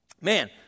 man